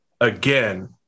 again